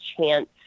chance